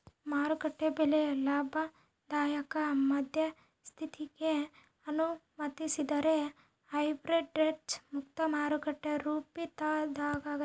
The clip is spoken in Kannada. ಮಾರುಕಟ್ಟೆ ಬೆಲೆ ಲಾಭದಾಯಕ ಮಧ್ಯಸ್ಥಿಕಿಗೆ ಅನುಮತಿಸದಿದ್ದರೆ ಆರ್ಬಿಟ್ರೇಜ್ ಮುಕ್ತ ಮಾರುಕಟ್ಟೆ ರೂಪಿತಾಗ್ತದ